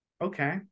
Okay